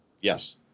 Yes